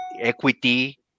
equity